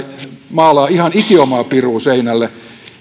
maalaa ihan ikiomaa pirua seinälle